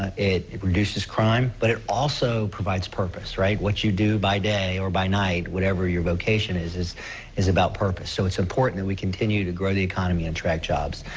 it it reduces crime, but it also provides purpose, right? what you do by day or by night, whatever your vocation is is is about purpose. so it's important that we continue to grow the economy and attract jobs.